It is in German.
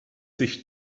sich